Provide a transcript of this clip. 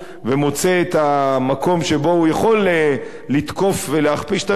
ומוצא את המקום שבו הוא יכול לתקוף ולהכפיש את הממשלה,